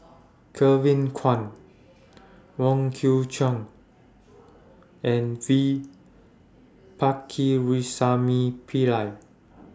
Kevin Kwan Wong Kwei Cheong and V Pakirisamy Pillai